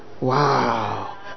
Wow